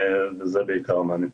וזה עיקר הדברים.